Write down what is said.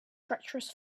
treacherous